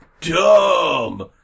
dumb